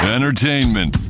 Entertainment